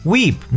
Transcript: Weep